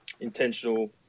intentional